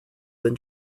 than